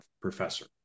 professor